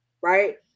right